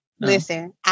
Listen